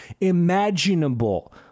imaginable